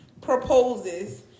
proposes